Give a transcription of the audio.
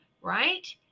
right